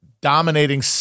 dominating